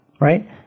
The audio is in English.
right